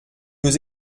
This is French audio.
nous